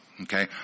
Okay